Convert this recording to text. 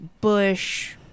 bush